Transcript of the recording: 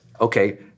okay